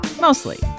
Mostly